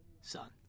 son